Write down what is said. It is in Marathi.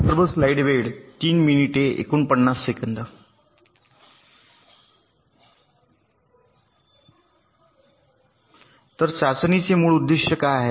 तर चाचणीचे मूळ उद्दीष्ट काय आहे